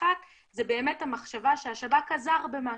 אחת היא באמת המחשבה שהשב"כ עזר במשהו.